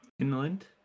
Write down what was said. inland